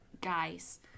guys